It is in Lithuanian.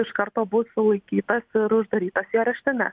iš karto bus sulaikytas ir uždarytas į areštinę